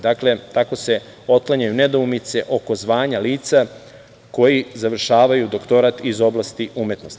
Dakle, tako se otklanjaju nedoumice oko zvanja lica koji završavaju doktorat iz oblasti umetnosti.